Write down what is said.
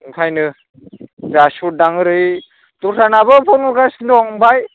ओंखायनो जासिहरदां ओरै दस्रानाबो फन हरगासिनो दं आमफ्राय